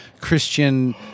Christian